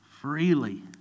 freely